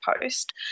post